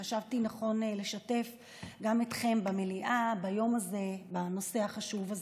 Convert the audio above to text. חשבתי לנכון לשתף גם אתכם במליאה ביום הזה בנושא החשוב הזה.